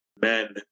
men